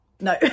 no